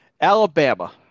Alabama